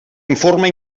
informe